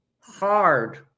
hard